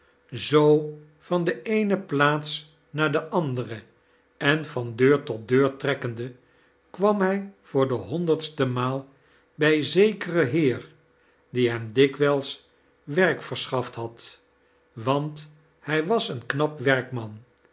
zoo van de eene plats naar de andere en van deur tot deur trekkende kwam hij voor de honderdste maal bij zekeren heer die hem dikwijls werk verschaft had want hij was een knap werkman